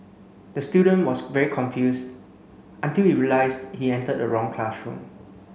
the student was very confused until he realised he entered the wrong classroom